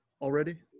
already